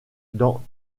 dans